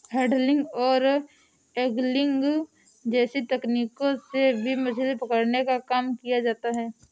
handling और angling जैसी तकनीकों से भी मछली पकड़ने का काम किया जाता है